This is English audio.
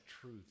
truth